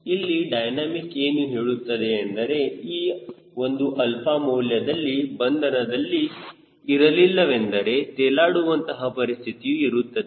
ಇಲ್ಲಿ ಡೈನಮಿಕ್ ಏನು ಹೇಳುತ್ತದೆ ಎಂದರೆ ಈ ಒಂದು ಅಲ್ಪ ಮೌಲ್ಯದಲ್ಲಿ ಬಂಧನದಲ್ಲಿ ಇರಲಿಲ್ಲವೆಂದರೆ ತೇಲಾಡುವಂತಹ ಪರಿಸ್ಥಿತಿಯು ಇರುತ್ತದೆ